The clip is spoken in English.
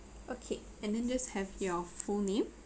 okay and then just have your full name